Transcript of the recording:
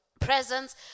presence